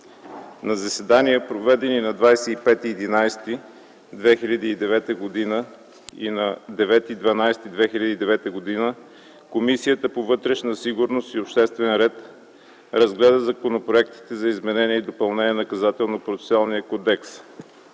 На заседания, проведени на 25.11.2009 г. и 9.12.2009 г., Комисията по вътрешна сигурност и обществен ред разгледа законопроектите за изменение и допълнение на Наказателно-процесуалния кодекс.